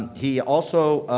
he also